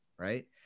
right